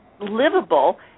livable